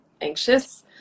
anxious